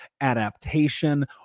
adaptation